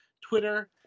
Twitter